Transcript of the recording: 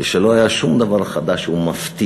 ולא היה שום דבר חדש ומפתיע,